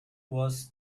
was